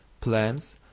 plants